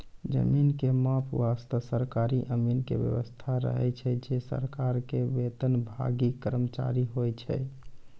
जमीन के माप वास्तॅ सरकारी अमीन के व्यवस्था रहै छै जे सरकार के वेतनभागी कर्मचारी होय छै